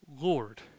Lord